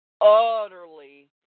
utterly